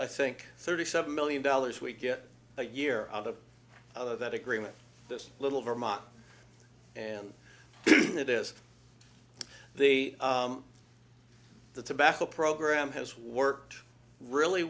i think thirty seven million dollars we get a year out of other that agreement this little vermont and that is the the tobacco program has worked really